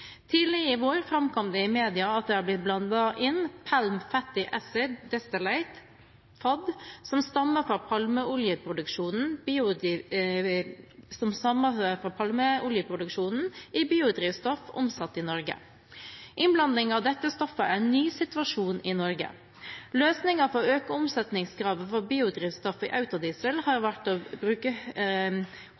i vår framkom det i media at det har blitt blandet inn «palm fatty acid distillate» – PFAD – som stammer fra palmeoljeproduksjonen, i biodrivstoff omsatt i Norge. Innblanding av dette stoffet er en ny situasjon i Norge. Løsningen for å øke omsetningskravet for biodrivstoff i autodiesel har vært å bruke